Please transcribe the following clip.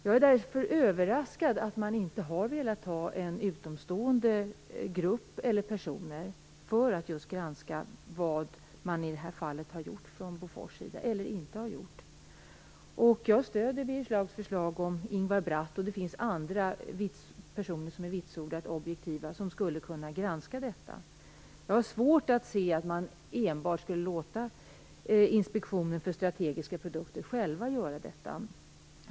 Jag är därför överraskad att man inte har velat låta en utomstående grupp eller en utomstående person granska vad Bofors i det här fallet har gjort eller inte har gjort. Jag stöder Birger Schlaugs förslag om Ingvar Bratt, och det finns andra, vitsordat objektiva personer som skulle kunna granska detta. Jag har svårt att se att man bör låta Inspektionen för strategiska produkter själv göra detta.